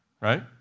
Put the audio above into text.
right